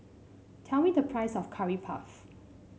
tell me the price of Curry Puff